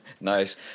Nice